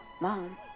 mom